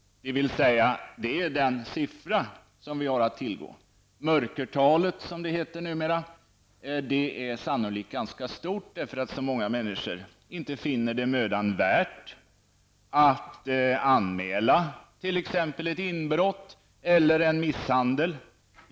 Det är den siffra vi har att tillgå; mörkertalet, som det heter numera, är sannolikt ganska stort, eftersom så många människor inte finner det mödan värt att anmäla t.ex. ett inbrott eller en misshandel.